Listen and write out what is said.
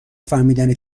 فهمیدن